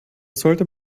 sollte